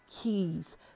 keys